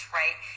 right